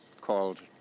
called